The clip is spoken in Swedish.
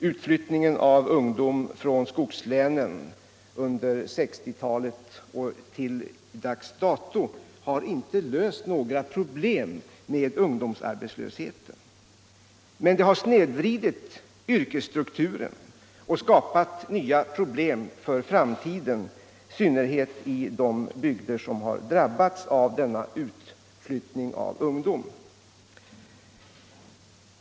Utflyttningen av ungdom från skogslänen under 1960-talet och till dags dato har inte löst några problem med ungdomsarbetslösheten, men den har snedvridit yrkesstrukturen och skapat nya problem för framtiden i synnerhet i de bygder som drabbats av denna utflyttning av ungdom.